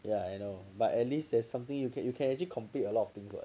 ya I know but at least there's something you can you can actually complete a lot of things lah